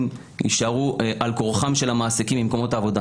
יישארו בעל כורחם של המעסיקים במקומות העבודה.